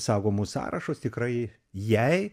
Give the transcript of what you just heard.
saugomus sąrašus tikrai jai